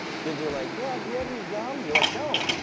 kids are like, dad, do you have any gum? you're like, no,